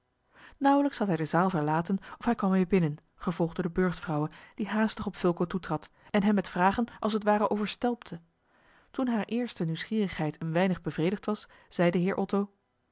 nauwelijks had hij de zaal verlaten of hij kwam weer binnen gevolgd door de burchtvrouwe die haastig op fulco toetrad en hem met vragen als het ware overstelpte toen hare eerste nieuwsgierigheid een weinig bevredigd was zeide heer otto